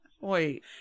Wait